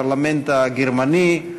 הפרלמנט הגרמני,